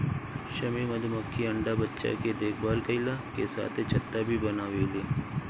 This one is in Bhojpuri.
श्रमिक मधुमक्खी अंडा बच्चा के देखभाल कईला के साथे छत्ता भी बनावेले